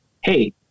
Hey